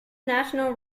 national